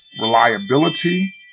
Reliability